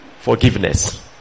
forgiveness